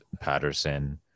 Patterson